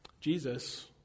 Jesus